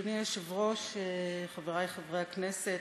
אדוני היושב-ראש, חברי חברי הכנסת,